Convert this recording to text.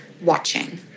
watching